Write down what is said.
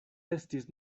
estis